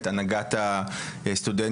את הנהגת הסטודנטים,